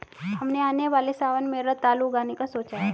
हमने आने वाले सावन में रतालू उगाने का सोचा है